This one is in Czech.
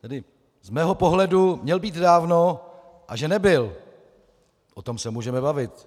Tedy z mého pohledu měl být dávno, a že nebyl, o tom se můžeme bavit.